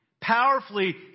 powerfully